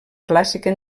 clàssica